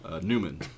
Newman